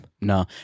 No